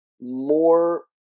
more